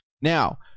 Now